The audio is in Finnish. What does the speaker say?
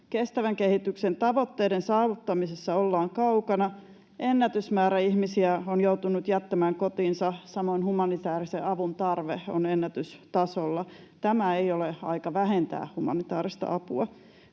Kestävän kehityksen tavoitteiden saavuttamisesta ollaan kaukana. Ennätysmäärä ihmisiä on joutunut jättämään kotinsa. Samoin humanitaarisen avun tarve on ennätystasolla. Tämä ei ole aika vähentää humanitaarista apua.